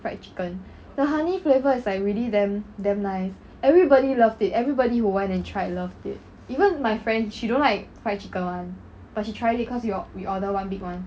fried chicken the honey flavour is like really damn damn nice everybody loved it everybody who went and tried loved it even my friend she don't like fried chicken [one] but she tried it cause we order one big [one]